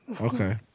Okay